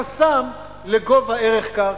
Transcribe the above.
חסם לגובה ערך קרקע,